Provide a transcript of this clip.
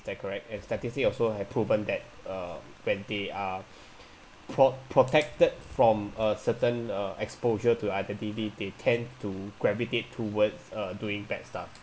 is that correct and statistics also have proven that uh when they are pro~ protected from a certain uh exposure to identity they tend to gravitate towards uh doing bad stuff